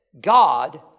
God